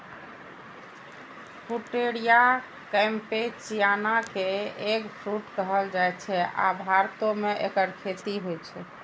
Pouteria campechiana कें eggfruit कहल जाइ छै, आ भारतो मे एकर खेती होइ छै